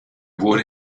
wurde